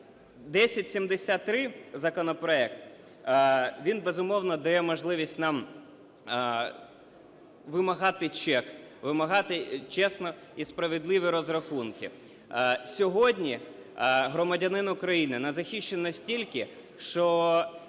1073 законопроект, він, безумовно, дає можливість нам вимагати чек, вимагати чесні і справедливі розрахунки. Сьогодні громадянин України незахищений настільки, що